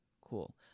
Cool